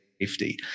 Safety